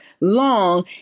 long